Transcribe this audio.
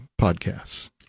podcasts